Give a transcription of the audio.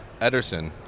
Ederson